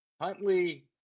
Huntley